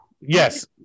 Yes